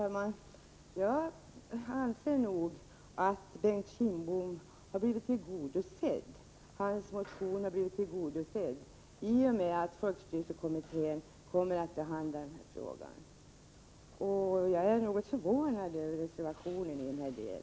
Herr talman! Jag anser att Bengt Kindboms motion har blivit tillgodosedd i och med att folkstyrelsekommittén kommer att behandla frågan. Jag är något förvånad över reservationen i denna del.